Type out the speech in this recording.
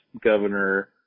governor –